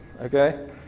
okay